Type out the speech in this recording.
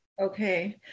Okay